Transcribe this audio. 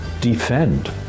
defend